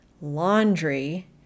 laundry